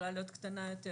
יכולה להיות קטנה יותר